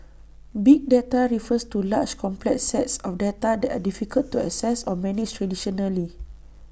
big data refers to large complex sets of data that are difficult to access or manage traditionally